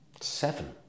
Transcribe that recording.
Seven